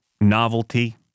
novelty